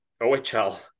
OHL